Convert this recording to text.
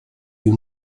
you